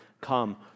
come